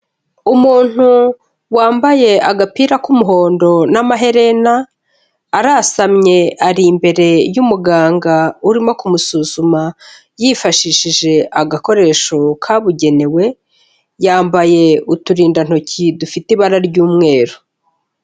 Umuntu wambaye agapira k'umuhondo n'amaherena, arasamye ari imbere y'umuganga urimo kumusuzuma yifashishije agakoresho kabugenewe, yambaye uturindantoki dufite ibara ry'umweru.